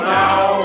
now